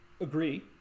agree